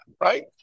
right